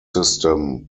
system